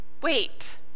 wait